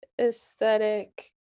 aesthetic